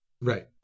right